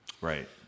Right